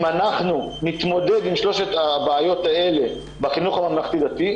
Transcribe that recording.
אם אנחנו נתמודד עם שלוש הבעיות האלה בחינוך הממלכתי-דתי,